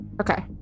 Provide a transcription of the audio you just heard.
Okay